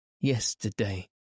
yesterday